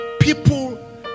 people